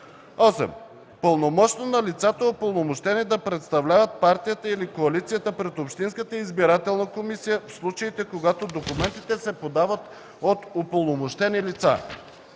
8. пълномощно на лицата, упълномощени да представляват партията или коалицията пред общинската избирателна комисия, в случаите, когато документите се подават от упълномощени лица.